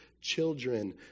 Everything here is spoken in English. children